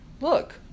Look